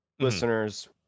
listeners